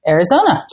Arizona